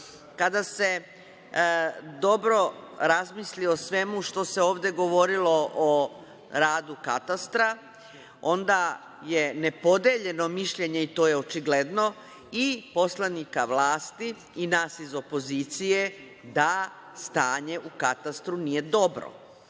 kada se dobro razmisli o svemu što se ovde govorilo o radu Katastra, onda je nepodeljeno mišljenje i to je očigledno i poslanika vlasti i nas iz opozicije da stanje u Katastru nije dobro,